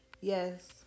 Yes